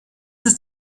ist